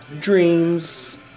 dreams